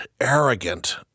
arrogant